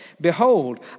Behold